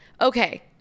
Okay